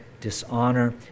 dishonor